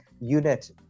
unit